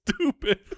stupid